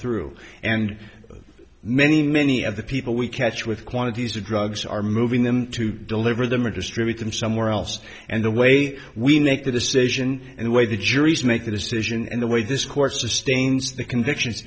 through and many many of the people we catch with quantities of drugs are moving them to deliver them or distribute them somewhere else and the way we make the decision and the way the juries make the decision and the way this court sustains the convictions